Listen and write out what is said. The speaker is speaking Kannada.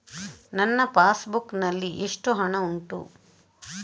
ನನ್ನ ಪಾಸ್ ಬುಕ್ ನಲ್ಲಿ ಎಷ್ಟು ಹಣ ಉಂಟು?